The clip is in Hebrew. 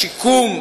בשיקום,